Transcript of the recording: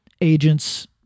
agents